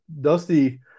Dusty